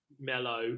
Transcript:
mellow